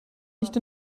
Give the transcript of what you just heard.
nicht